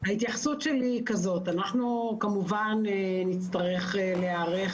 אנחנו כמובן נצטרך להיערך.